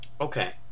Okay